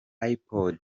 ipod